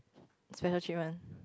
special treatment